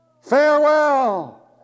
Farewell